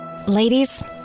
Ladies